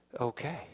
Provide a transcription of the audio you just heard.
okay